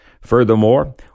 Furthermore